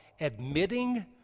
admitting